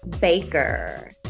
Baker